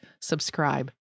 subscribe